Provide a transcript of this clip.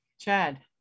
Chad